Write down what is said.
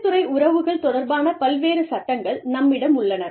தொழில்துறை உறவுகள் தொடர்பான பல்வேறு சட்டங்கள் நம்மிடம் உள்ளன